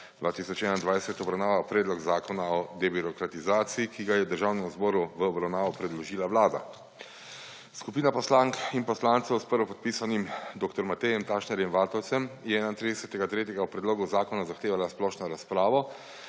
2021 obravnaval Predlog zakona o debirokratizaciji, ki ga je Državnemu zboru v obravnavo predložila Vlada. Skupina poslank in poslancev s prvopodpisanim dr. Matejem Tašnerjem Vatovcem je 31. 3. o predlogu zakona zahtevala splošno razpravo.